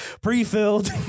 Pre-filled